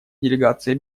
делегация